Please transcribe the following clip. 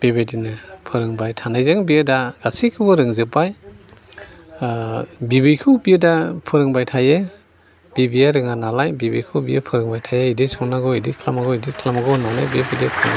बेबायदिनो फोरोंबाय थानायजों बियो दा गासैखौबो रोंजोबबाय बिबैखौ बियो दा फोरोंबाय थायो बिबैआ रोङा नालाय बिबैखौ बियो फोरोंबाय थायो बिदि संनांगौ बिदि खालामनांगौ बिदि खालामनांगौ होन्नानै बेबायदि